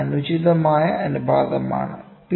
ഇത് അനുചിതമായ അനുപാതമാണ്